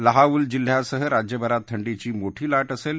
लहाऊल जिल्ह्यासह राज्यभरात थंडीची मोठी लाट असेल